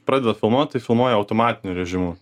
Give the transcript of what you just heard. pradeda filmuot tai filmuoja automatiniu režimu